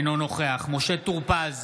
אינו נוכח משה טור פז,